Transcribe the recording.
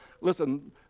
listen